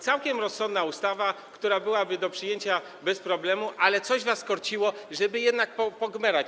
Całkiem rozsądna ustawa, która byłaby do przyjęcia bez problemu, ale coś was korciło, żeby jednak w niej pogmerać.